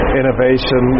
innovation